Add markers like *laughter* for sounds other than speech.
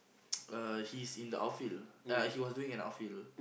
*noise* uh he's in the outfield uh he was doing an outfield